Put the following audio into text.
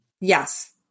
Yes